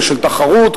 ושל תחרות.